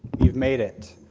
you've made it.